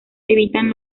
evitan